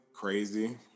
crazy